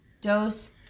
dose